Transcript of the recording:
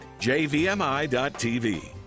jvmi.tv